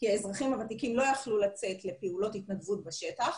כי האזרחים הוותיקים לא יכלו לצאת לפעולות התנדבות בשטח,